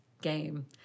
game